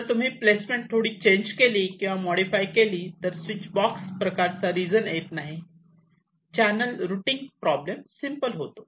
जर तुम्ही प्लेसमेंट थोडीं चेंज किंवा मॉडीफाय केली तर स्विच बॉक्स प्रकारचा रिजन येत नाही चॅनेल रुटींग प्रॉब्लेम सिम्पल होतो